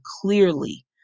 clearly